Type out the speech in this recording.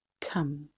come